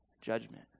judgment